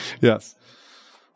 Yes